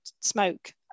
smoke